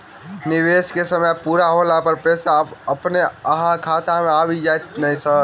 निवेश केँ समय पूरा होला पर पैसा अपने अहाँ खाता मे आबि जाइत नै सर?